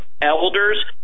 elders